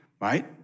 right